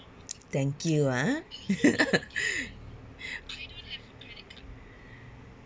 thank you ah